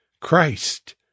Christ